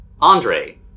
Andre